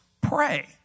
pray